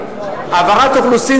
העברת אוכלוסין,